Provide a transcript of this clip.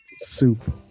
Soup